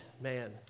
man